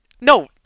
No